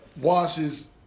washes